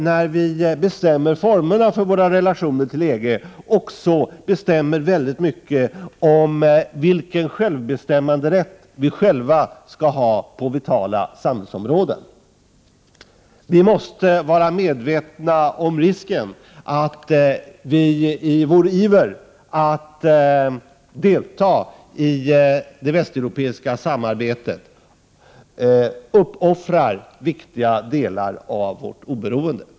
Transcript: När vi bestämmer formerna för vår relation till EG avgör vi också i hög grad den självbestämmanderätt vi själva skall ha på vitala samhällsområden. Vi måste vara medvetna om den risk som finns för att vi i vår iver att delta i det västeuropeiska samarbetet uppoffrar viktiga delar av vårt oberoende.